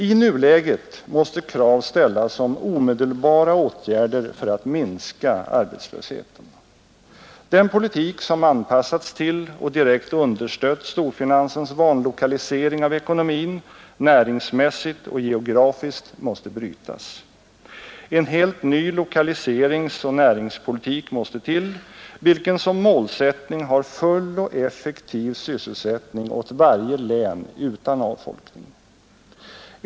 I nuläget måste krav ställas på omedelbara åtgärder för att minska arbetslösheten. Den politik som anpassats till och direkt understött storfinansens vanlokalisering av ekonomin, näringsmässigt och geografiskt, måste brytas. En helt ny lokaliseringsoch näringspolitik måste till, vilken som målsättning har full och effektiv sysselsättning åt varje län utan avfolkning.